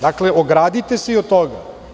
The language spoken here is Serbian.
Dakle, ogradite se i od toga.